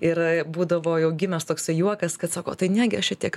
ir būdavo jau gimęs toksai juokas kad sako o tai negi aš čia tiek